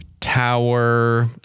tower